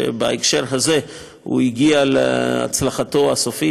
שבהקשר הזה הגיע להצלחתו הסופית,